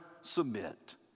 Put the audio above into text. submit